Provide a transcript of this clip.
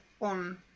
on